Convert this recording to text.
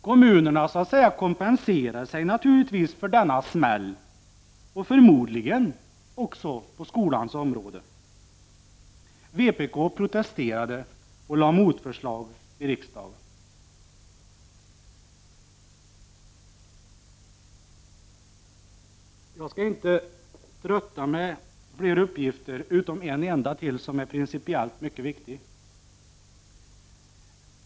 Kommunerna kompenserar sig naturligtvis för denna smäll, förmodligen också på skolans område. Vpk protesterade och lade motförslag i riksdagen. Jag skall inte trötta med fler uppgifter utom en enda till, som är principiellt mycket viktig.